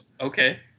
Okay